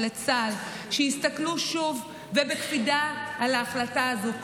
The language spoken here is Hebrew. ולצה"ל שיסתכלו שוב ובקפידה על ההחלטה הזו.